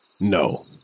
no